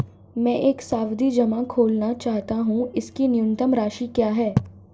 मैं एक सावधि जमा खोलना चाहता हूं इसकी न्यूनतम राशि क्या है?